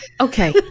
okay